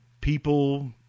people